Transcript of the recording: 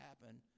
happen